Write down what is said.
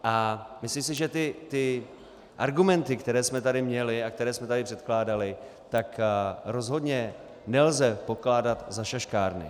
A myslím si, že ty argumenty, které jsme tady měli a které jsme tady předkládali, rozhodně nelze pokládat za šaškárny.